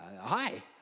hi